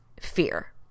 fear